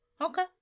Okay